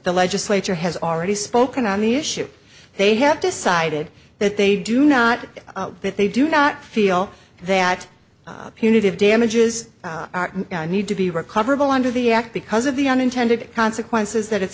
the legislature has already spoken on the issue they have decided that they do not that they do not feel that punitive damages need to be recoverable under the act because of the unintended consequences that it's